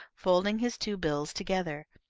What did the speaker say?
folding his two bills together.